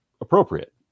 appropriate